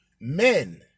Men